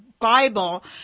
Bible